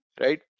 Right